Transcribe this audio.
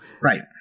right